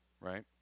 right